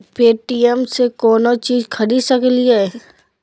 Paytm से कौनो चीज खरीद सकी लिय?